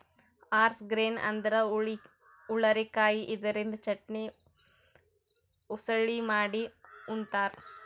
horse grain ಅಂದ್ರ ಹುರಳಿಕಾಯಿ ಇದರಿಂದ ಚಟ್ನಿ, ಉಸಳಿ ಮಾಡಿ ಉಂತಾರ್